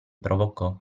provocò